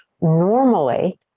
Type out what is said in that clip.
normally